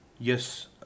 Yes